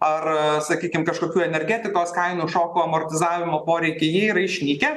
ar sakykim kažkokių energetikos kainų šoko amortizavimo poreikiai jie yra išnykę